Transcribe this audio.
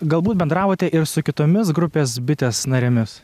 galbūt bendravote ir su kitomis grupės bitės narėmis